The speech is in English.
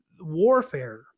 warfare